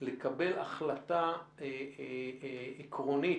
לקבל החלטה עקרונית,